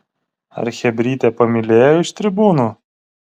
ar chebrytė pamylėjo iš tribūnų